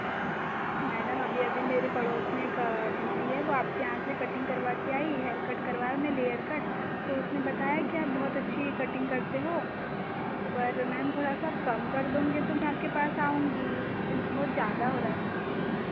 madam अभी अभी मेरे पड़ोस मे एक दीदी आप के यहाँ से हेयर कटिंग कारवा कर आई है हेयर कट करवाने लेयर कट तो उसने बताया क्या बहुत अच्छी कटिंग करते हो पर मेम थोड़ा सा कम कर देंगे तो मैं आप के पास आऊँगी बहुत ज़्यादा हो रहा है